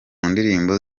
ndirimbo